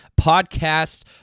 podcasts